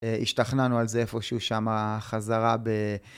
השתכנענו על זה איפשהו שמה חזרה ב...